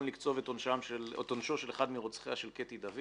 לקצוב את עונשו של אחד מרוצחיה של קטי דוד